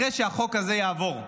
אחרי שהחוק הזה יעבור,